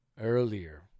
earlier